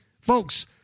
Folks